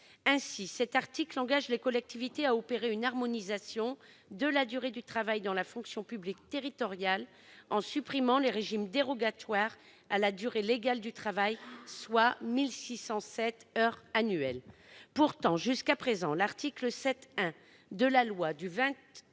Ainsi, cet article engage les collectivités à opérer une harmonisation de la durée du travail dans la fonction publique territoriale en supprimant les régimes dérogatoires à la durée légale du travail, soit 1 607 heures annuelles. Pourtant, jusqu'à présent, l'article 7-1 de la loi du 26 janvier